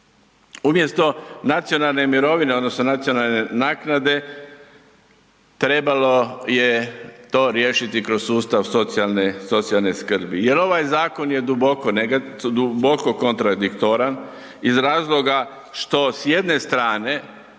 Umjesto nacionalne mirovine odnosno nacionalne naknade trebalo je to riješiti kroz sustav socijalne skrbi jel ovaj zakon je duboko kontradiktoran iz razloga što s jedne strane